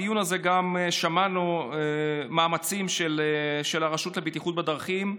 בדיון הזה שמענו על המאמצים של הרשות לבטיחות בדרכים,